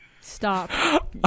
Stop